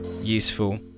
useful